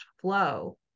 flow